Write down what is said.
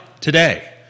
today